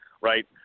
right